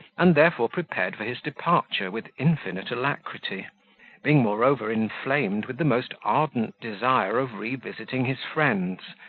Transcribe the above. and therefore prepared for his departure with infinite alacrity being moreover inflamed with the most ardent desire of revisiting his friends,